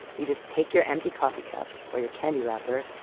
you just take your empty coffee cup or your candy wrapper,